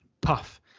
puff